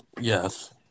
Yes